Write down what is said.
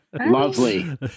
Lovely